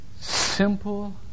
simple